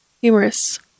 Humorous